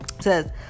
Says